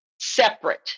separate